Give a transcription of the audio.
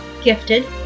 gifted